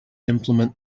implement